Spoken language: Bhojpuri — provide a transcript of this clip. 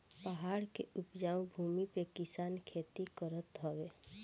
पहाड़ के उपजाऊ भूमि पे किसान खेती करत हवे